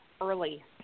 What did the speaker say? early